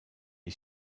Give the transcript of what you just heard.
est